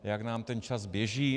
Jak nám ten čas běží...